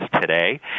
today